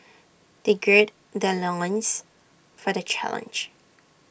they gird their loins for the challenge